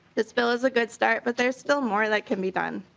this bill is a good start but there still more that can be done.